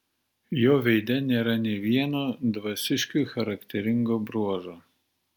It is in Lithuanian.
jo veide nėra nė vieno dvasiškiui charakteringo bruožo